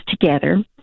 together